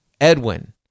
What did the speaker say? edwin